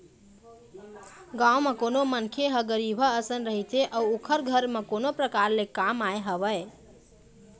गाँव म कोनो मनखे ह गरीबहा असन रहिथे अउ ओखर घर म कोनो परकार ले काम आय हवय